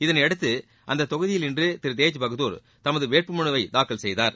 இதனையடுத்து அந்தத் தொகுதியில் இன்று திரு தேஜ் பகதூர் தமது வேட்பு மனுவைத் தாக்கல் செய்தார்